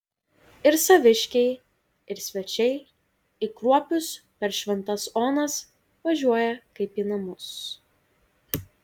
ir saviškiai ir svečiai į kruopius per šventas onas važiuoja kaip į namus